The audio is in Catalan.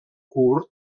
curt